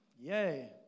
Yay